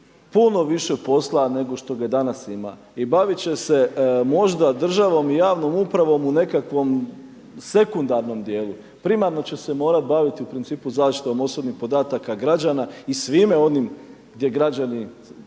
puno više posla nego što ga danas ima. I bavit će se možda državom i javnom upravom u nekakvom sekundarnom dijelu, primarno će se morati baviti u principu zaštitom osobnih podataka građana i svime onim gdje građani